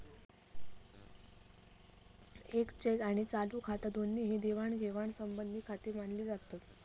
येक चेक आणि चालू खाता दोन्ही ही देवाणघेवाण संबंधीचीखाती मानली जातत